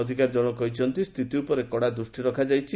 ଅଧିକାରୀ ଜଣକ କହିଛନ୍ତି ସ୍ଥିତି ଉପରେ କଡ଼ା ଦୃଷ୍ଟି ରଖାଯାଇଛି